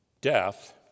death